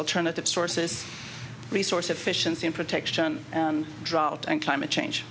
alternative sources resource efficiency in protection drought and climate change